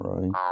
Right